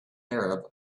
arab